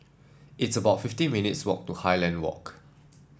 it's about fifteen minutes' walk to Highland Walk